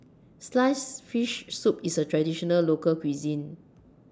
Sliced Fish Soup IS A Traditional Local Cuisine